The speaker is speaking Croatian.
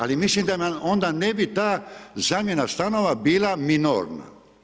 Ali, mislim da nam onda ne bi ta zamjena stanova bila minorna.